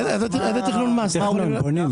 איזה תכנון מס יכול להיות?